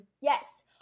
Yes